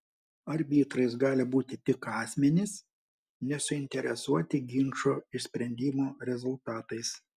arbitrais gali būti tik asmenys nesuinteresuoti ginčo išsprendimo rezultatais